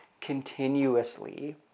continuously